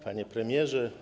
Panie Premierze!